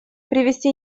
привести